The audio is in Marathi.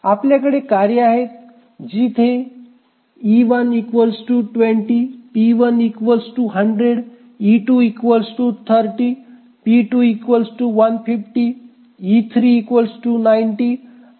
आपल्याकडे कार्य आहेत जिथे e120 p1100 e230 p2150 e390 आणि p3200